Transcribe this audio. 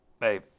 hey